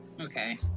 Okay